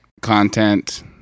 content